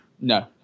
No